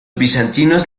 bizantinos